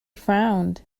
frowned